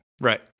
Right